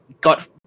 got